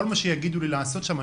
כל מה שיגידו לי לעשות שם,